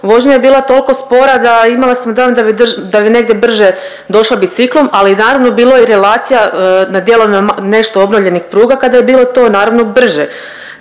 vožnja je bila toliko spora, da imala sam dojam da bi negdje brže došla biciklom, ali naravno, bilo je i relacija na dijelovima nešto obnovljenih pruga kada je bilo to, naravno, brže.